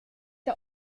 der